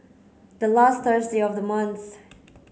the last of the month